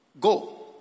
Go